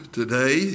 today